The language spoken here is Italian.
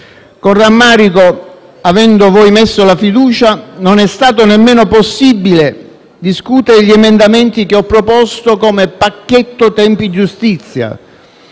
Con rammarico, avendo voi messo la fiducia, non è stato nemmeno possibile discutere gli emendamenti che ho proposto come pacchetto tempi-giustizia.